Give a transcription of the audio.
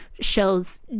shows